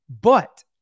But-